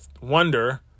wonder